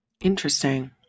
Interesting